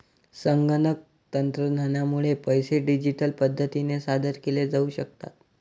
संगणक तंत्रज्ञानामुळे पैसे डिजिटल पद्धतीने सादर केले जाऊ शकतात